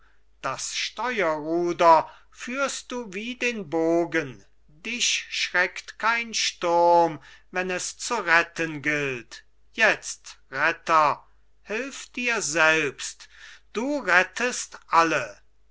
das steuerruder führst du wie den bogen dich schreckt kein sturm wenn es zu retten gilt jetzt retter hilf dir selbst du rettest alle